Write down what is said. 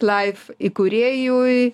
laif įkūrėjui